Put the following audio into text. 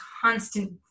constant